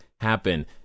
Happen